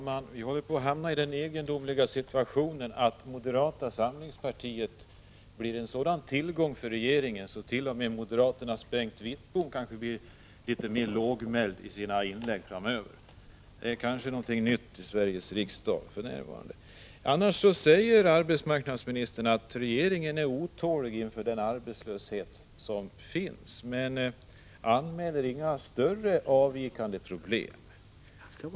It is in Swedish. Herr talman! Vi håller på att hamna i den egendomliga situationen att moderata samlingspartiet blir en sådan tillgång för regeringen att t.o.m. moderaternas Bengt Wittbom framöver kanske blir litet mer lågmäld i sina inlägg. Det är något nytt i Sveriges riksdag. Arbetsmarknadsministern säger att regeringen är otålig inför den arbetslöshet som finns, men hon anmäler inga större avvikande problem.